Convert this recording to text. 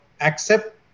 accept